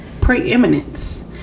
preeminence